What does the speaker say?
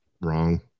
wrong